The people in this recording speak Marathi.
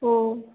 हो